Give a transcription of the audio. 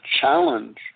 challenge